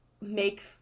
make